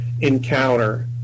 encounter